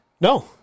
No